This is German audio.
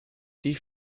die